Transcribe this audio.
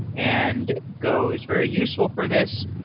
and go is very useful for this.